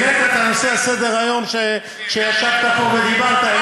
העלית את הנושא על סדר-היום כשישבת פה ודיברת.